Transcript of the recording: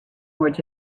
words